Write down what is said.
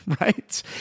right